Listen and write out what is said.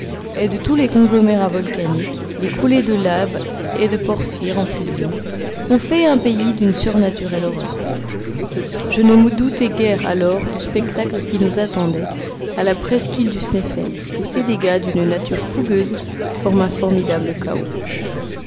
et de tous les conglomérats volcaniques les coulées de lave et de porphyre en fusion ont fait un pays d'une surnaturelle horreur je ne me doutais guère alors du spectacle qui nous attendait à la presqu'île du sneffels où ces dégâts d'une nature fougueuse forment un formidable chaos